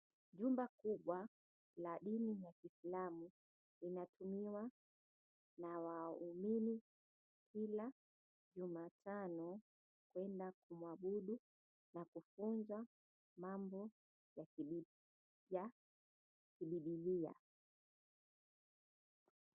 Jumba kubwa la dini ya kiisalamu linatumiwa na waumini kila jumatano kwenda kumuabudu na kufunzavmambo ya kidini ya kibibilia.